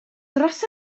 dros